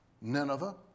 Nineveh